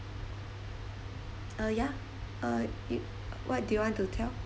uh ya uh you what do you want to tell